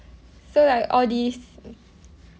so like all these